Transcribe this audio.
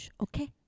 Okay